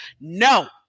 no